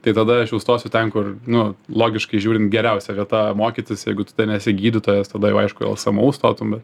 tai tada aš jau stosiu ten kur nu logiškai žiūrint geriausia vieta mokytis jeigu tu ten esi gydytojas tada jau aišku į lsmu stotum bet